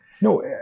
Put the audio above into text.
No